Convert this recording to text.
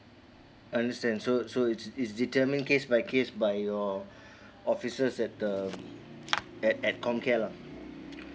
understand so so it's it's determined case by case by your officers at the at at COMCARE lah